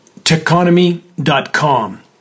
techonomy.com